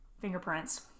fingerprints